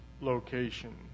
location